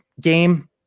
game